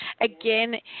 again